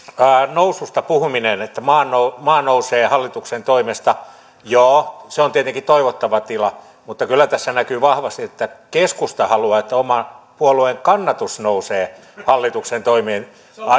noususta puhuminen että maa nousee hallituksen toimesta joo se on tietenkin toivottava tila mutta kyllä tässä näkyy vahvasti että keskusta haluaa että oman puolueen kannatus nousee hallituksen toimien